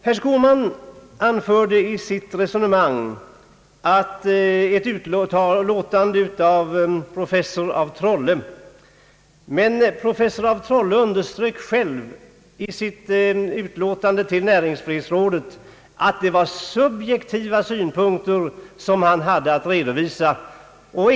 Herr Skårman talade om ett utlåtande av professor af Trolle. Men professor af Trolle underströk själv i sitt utlåtande till näringsfrihetsrådet att de synpunkter han hade att redovisa var subjektiva.